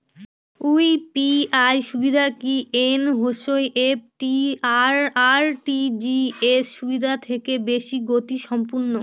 UPI সুবিধা কি NEFT আর আর.টি.জি.এস সুবিধা থেকে বেশি গতিসম্পন্ন?